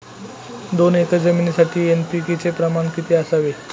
दोन एकर जमीनीसाठी एन.पी.के चे प्रमाण किती असावे?